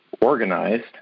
organized